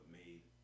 made